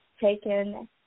taken